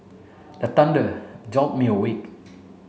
the thunder jolt me awake